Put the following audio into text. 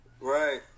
Right